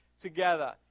together